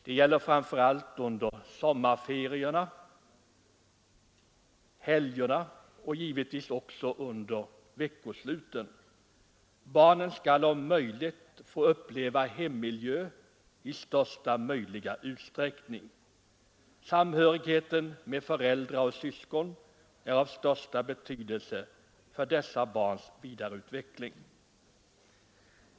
Det gäller framför allt under sommarferierna, helgerna och givetvis också under veckosluten. Barnen skall om möjligt få uppleva hemmiljö i största möjliga utsträckning. Samhörigheten med föräldrar och syskon är av största betydelse för dessa barns vidareutveckling.